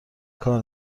کار